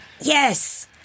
Yes